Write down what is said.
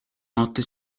notte